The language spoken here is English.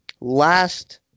Last